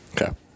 Okay